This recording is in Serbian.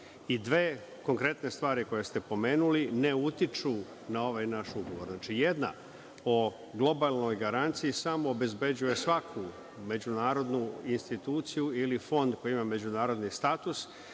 i dve konkretne stvari koje ste pomenuli ne utiču na ovaj naš ugovor. Znači, jedna o globalnoj garanciji samo obezbeđuje svaku međunarodnu instituciju ili fond koji ima međunarodni status,